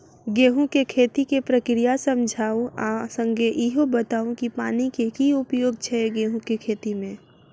गेंहूँ केँ खेती केँ प्रक्रिया समझाउ आ संगे ईहो बताउ की पानि केँ की उपयोग छै गेंहूँ केँ खेती में?